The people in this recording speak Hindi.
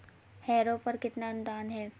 हैरो पर कितना अनुदान है?